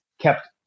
kept